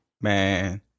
Man